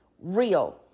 real